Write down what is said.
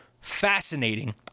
fascinating